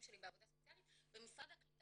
שלי בעבודה סוציאלית ומשרד הקליטה,